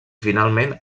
finalment